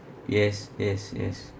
yes yes yes